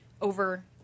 over